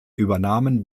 übernahmen